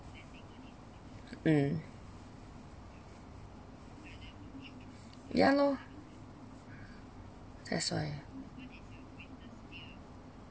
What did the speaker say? mm ya {lor] that's why ah